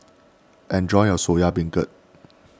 enjoy your Soya Beancurd